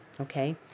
Okay